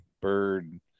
bird